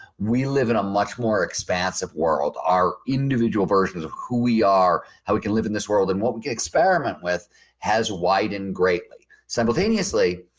we live in a much more expansive world. our individual versions of who we are, how we can live in this world and what we can experiment with has widened greatly. simultaneously,